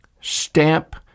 Stamp